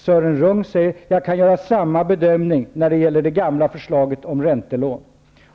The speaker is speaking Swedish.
Sören Rung säger: ''Jag kan göra samma bedömning när det gäller det gamla förslaget om räntelån.''